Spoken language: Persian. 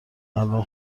الان